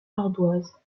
ardoise